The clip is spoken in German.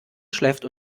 schläft